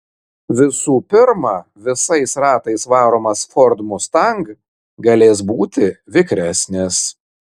visų pirma visais ratais varomas ford mustang galės būti vikresnis